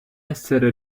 essere